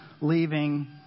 leaving